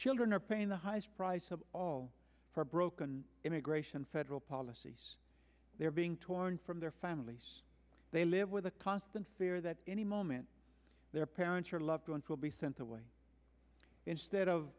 children are paying the highest price of all for broken immigration federal policies they're being torn from their families they live with the constant fear that any moment their parents or loved ones will be sent away instead of